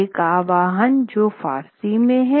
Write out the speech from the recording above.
एक आह्वान है जो फ़ारसी में है